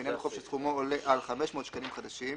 בעניין חוב שסכומו עולה על 500 שקלים חדשים,